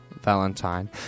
Valentine